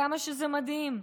כמה שזה מדהים.